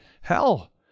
hell